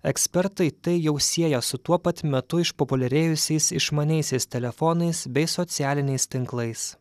ekspertai tai jau sieja su tuo pat metu išpopuliarėjusiais išmaniaisiais telefonais bei socialiniais tinklais